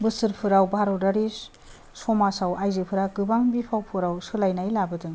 बोसोरफोराव भारतारि समाजाव आइजोफोरा गोबां बिफावफोराव सोलायनाय लाबोदों